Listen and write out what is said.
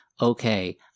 okay